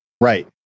Right